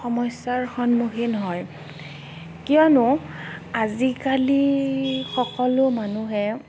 সমস্যাৰ সন্মুখীন হয় কিয়নো আজিকালি সকলো মানুহে